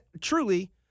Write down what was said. truly